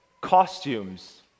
costumes